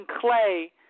Clay